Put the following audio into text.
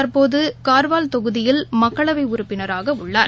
தற்போது கார்வால் தொகுதியில் மக்களவை உறுப்பினராக உள்ளார்